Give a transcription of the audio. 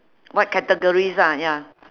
what categories ah ya